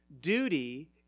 Duty